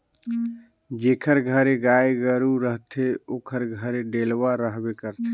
जेकर घरे गाय गरू रहथे ओकर घरे डेलवा रहबे करथे